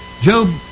Job